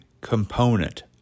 component